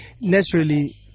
naturally